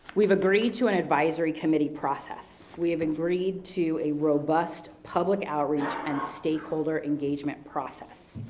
we've agreed to an advisory committee process. we have agreed to a robust public outreach and stakeholder engagement process.